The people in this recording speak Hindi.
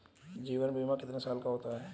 जीवन बीमा कितने साल का होता है?